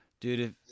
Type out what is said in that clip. Dude